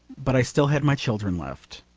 but i still had my children left.